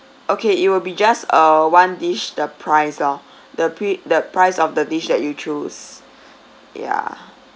okay it will be just uh one dish the price lah the pri~ the price of the dish that you choose ya